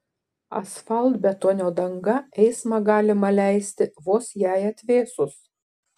asfaltbetonio danga eismą galima leisti vos jai atvėsus